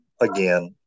Again